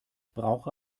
brauche